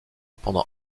pendant